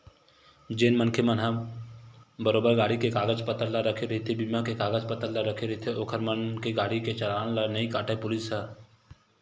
जेन मनखे मन ह बरोबर गाड़ी के कागज पतर ला रखे रहिथे बीमा के कागज पतर रखे रहिथे ओखर मन के गाड़ी के चलान ला नइ काटय पुलिस ह